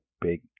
big